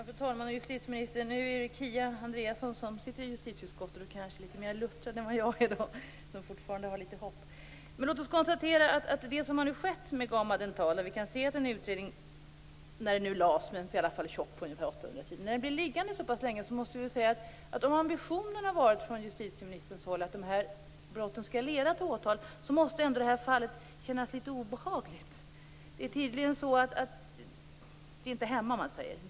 Fru talman! Justitieministern! Kia Andreasson, som sitter i justitieutskottet, är kanske litet mer luttrad än vad jag är. Jag har fortfarande litet hopp. Låt oss konstatera vad som nu har skett med GAMA Dental. När en utredning lades fram var den i alla fall tjock. Den var på ungefär 800 sidor. När den nu blev liggandes så pass länge och ambitionen från justitieministerns håll var att brotten skulle leda till åtal så måste det här fallet ändå kännas litet obehagligt. Det är tydligen så att vi inte är hemma.